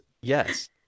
yes